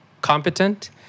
competent